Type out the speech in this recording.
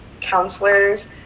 counselors